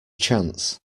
chance